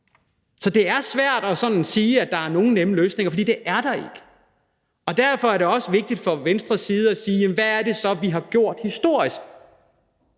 Så det er svært sådan at sige, at der er nogle nemme løsninger, for det er der ikke. Derfor er det også vigtigt fra Venstres side at se på, hvad det så er, vi har gjort historisk.